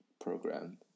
program